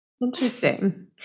Interesting